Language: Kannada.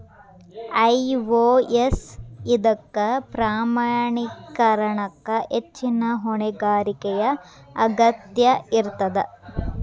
ಐ.ಒ.ಎಸ್ ಇದಕ್ಕ ಪ್ರಮಾಣೇಕರಣಕ್ಕ ಹೆಚ್ಚಿನ್ ಹೊಣೆಗಾರಿಕೆಯ ಅಗತ್ಯ ಇರ್ತದ